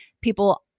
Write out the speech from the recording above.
people